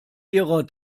ihrer